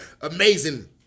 Amazing